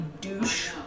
douche